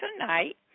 tonight